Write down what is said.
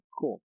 cool